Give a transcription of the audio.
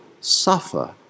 suffer